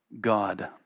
God